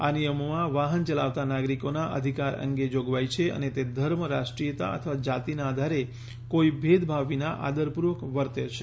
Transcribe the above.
આ નિયમોમાં વાહન ચલાવતા નાગરિકોના અધિકાર અંગે જોગવાઈ છે અને તે ધર્મ રાષ્ટ્રીયતા અથવા જાતિના આધારે કોઈ ભેદભાવ વિના આદરપૂર્વક વર્તે છે